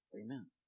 Amen